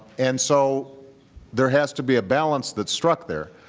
and so there has to be a balance that's struck there.